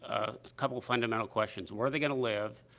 a couple of fundamental questions where are they going to live,